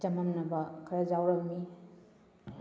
ꯆꯃꯝꯅꯕ ꯈꯔ ꯌꯥꯎꯔꯝꯃꯤ